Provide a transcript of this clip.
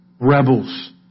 rebels